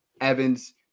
Evans